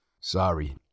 Sorry